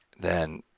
then,